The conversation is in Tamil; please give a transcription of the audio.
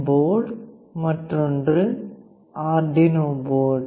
போர்டு மற்றொன்று அர்டுயினோ போர்டு